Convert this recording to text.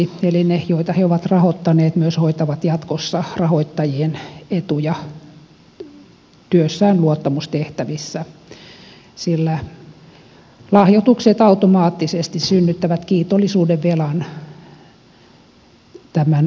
eli ne joita he ovat rahoittaneet myös hoitavat jatkossa rahoittajien etuja työssään luottamustehtävissä sillä lahjoitukset automaattisesti synnyttävät kiitollisuudenvelan tämän saajan kohdalla